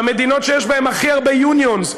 במדינות שיש בהן הכי הרבה unions,